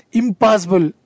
impossible